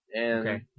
Okay